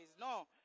no